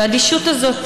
והאדישות הזאת,